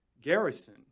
Garrison